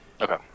Okay